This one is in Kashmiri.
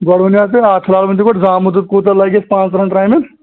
گۄڈ ؤنِو حظ تُہۍ اَتھ فِلحال ؤنۍتو گۄڈٕ زامُت دۄد کوٗتاہ لَگہِ اَسہِ پانٛژھ تٕرٛہَن ترامٮ۪ن